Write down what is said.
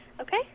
Okay